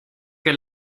que